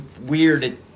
weird